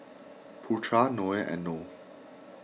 Putra Noah and Noh